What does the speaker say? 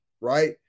Right